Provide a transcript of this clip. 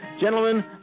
Gentlemen